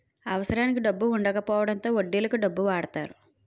అవసరానికి డబ్బు వుండకపోవడంతో వడ్డీలకు డబ్బు వాడతారు